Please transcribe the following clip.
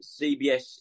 CBS